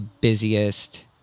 busiest